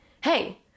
hey